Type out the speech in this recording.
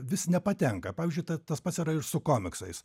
vis nepatenka pavyzdžiui tai tas pats yra ir su komiksais